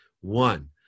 one